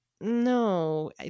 no